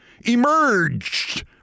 emerged